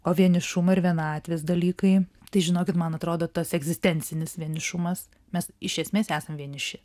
o vienišumo ir vienatvės dalykai tai žinokit man atrodo tas egzistencinis vienišumas mes iš esmės esam vieniši